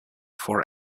for